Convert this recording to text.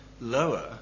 Lower